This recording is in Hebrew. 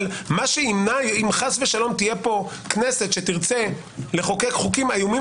אבל מה שימנע אם חס ושלום תהיה פה כנסת שתרצה לחוקק חוקים איומים